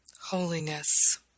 holiness